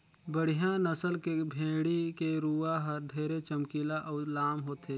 बड़िहा नसल के भेड़ी के रूवा हर ढेरे चमकीला अउ लाम होथे